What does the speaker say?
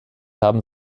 haben